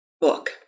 book